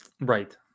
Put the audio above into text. Right